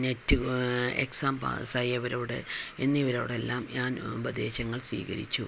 net exam പാസ്സായവരോട് എന്നിവരോടെല്ലാം ഞാൻ ഉപദേശങ്ങൾ സ്വീകരിച്ചു